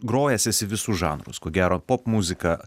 grojęs esi visus žanrus ko gero popmuzika